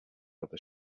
other